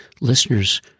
listeners